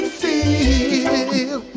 feel